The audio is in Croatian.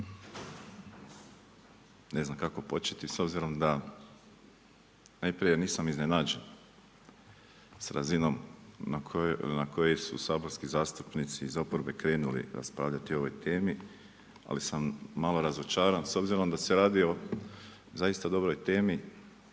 Ne znam kako početi. S obzirom da najprije nisam iznenađen s razinom na koji su saborski zastupnici zapravo krenuli raspravljati o ovoj temi, ali sam malo razočaran s obzirom da se radi zaista dobroj temi,